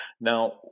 Now